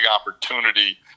opportunity